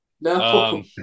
No